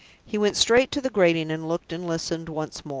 he went straight to the grating, and looked and listened once more.